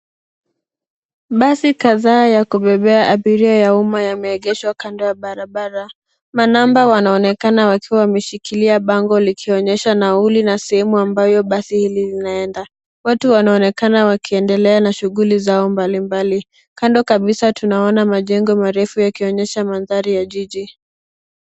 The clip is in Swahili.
Basi kadhaa ya kubebea abiria ya umma yameegeshwa kando ya barabara, manamba wanaonekana wakiwa wameshikilia bango likionyesha nauli na sehemu ambayo basi hili linaenda, watu wanaonekana wakiendelea na shughuli zao mbalimbali kando kabisa tunaona majengo marefu yakionyesha mandhari ya jiji.